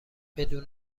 بدون